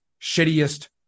shittiest